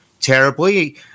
terribly